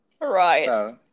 Right